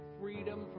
freedom